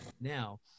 now